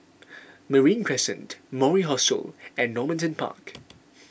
Marine Crescent Mori Hostel and Normanton Park